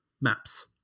maps